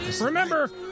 Remember